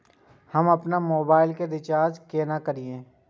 हम आपन मोबाइल के रिचार्ज केना करिए?